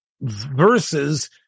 versus